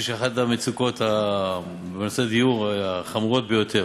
אני חושב שהיא אחת המצוקות החמורות ביותר